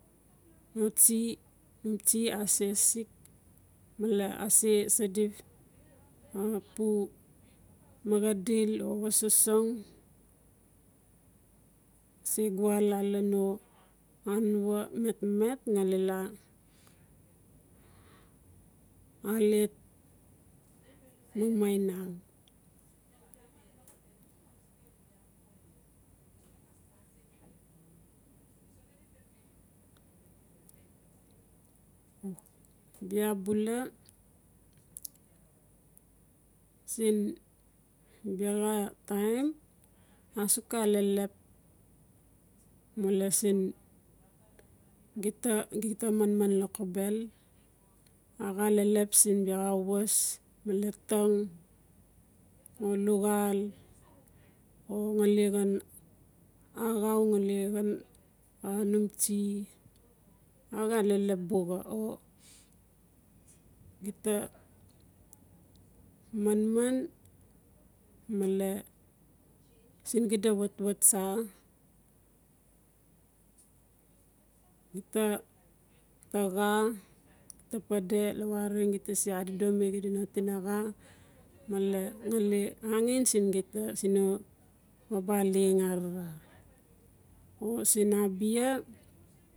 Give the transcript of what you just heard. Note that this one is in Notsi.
No tsi a se sik, male a se sidi no pu maxadil o xo sosong se gwa la lan no anuo matmat ngali ia alet mamaing bia bula siin bexa taim a suk a lelep male siin git- gita manman lokobel axa lelep siin bexa was, male tang, no luxal, o ngali axau ngali xan num tsi a xa lelep buxa. O gita manman male siin xi da watwat tsa, gita taxa, gita pede lawareng gita se adodomi gita no tinaxa male angen siin gita siin no baba leng arara.